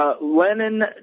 Lenin